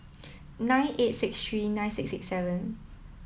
nine eight six three nine six six seven